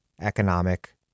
economic